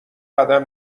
قدم